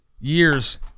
Years